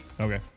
Okay